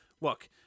Look